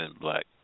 black